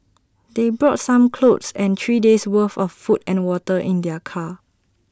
they brought some clothes and three days' worth of food and water in their car